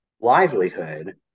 livelihood